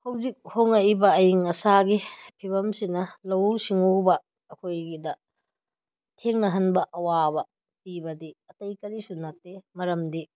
ꯍꯧꯖꯤꯛ ꯍꯣꯡꯉꯛꯏꯕ ꯑꯏꯪ ꯑꯁꯥꯒꯤ ꯐꯤꯕꯝꯁꯤꯅ ꯂꯧꯎ ꯁꯤꯡꯎꯕ ꯑꯩꯈꯣꯏꯒꯤꯗ ꯊꯦꯡꯅꯍꯟꯕ ꯑꯋꯥꯕ ꯄꯤꯕꯗꯤ ꯑꯇꯩ ꯀꯔꯤꯁꯨ ꯅꯠꯇꯦ ꯃꯔꯝꯗꯤ